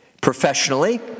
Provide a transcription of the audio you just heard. professionally